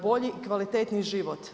Bolji i kvalitetniji život.